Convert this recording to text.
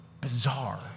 bizarre